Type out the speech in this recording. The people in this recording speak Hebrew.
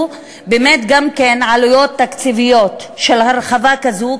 באמת גם עלויות תקציביות של הרחבה כזו,